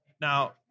Now